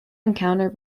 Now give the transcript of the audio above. encounter